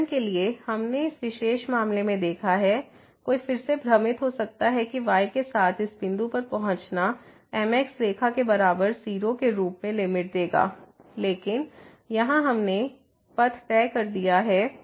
उदाहरण के लिए हमने इस विशेष मामले में देखा है कोई फिर से भ्रमित हो सकता है कि y के साथ इस बिंदु पर पहुंचना mx रेखा के बराबर 0 के रूप में लिमिट देगा लेकिन यहां हमने पथ तय कर दिया है